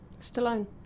Stallone